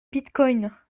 bitcoin